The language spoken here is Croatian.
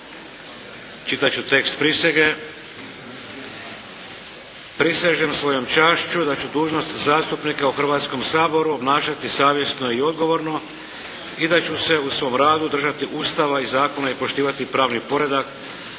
Čitat ću tekst prisege.